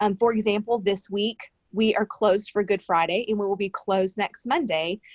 um for example, this week, we are closed for good friday, and we will be closed next monday,